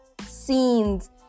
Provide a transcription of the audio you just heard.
scenes